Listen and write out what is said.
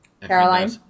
caroline